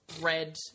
red